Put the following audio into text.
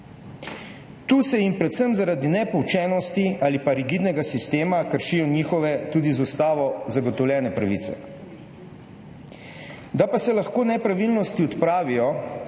Tu se jim predvsem zaradi nepoučenosti ali rigidnega sistema kršijo njihove, tudi z ustavo zagotovljene pravice. Da pa se lahko nepravilnosti odpravijo,